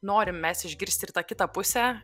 norim mes išgirsti ir tą kitą pusę